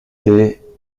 était